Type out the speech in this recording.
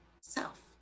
self